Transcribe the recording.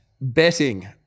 betting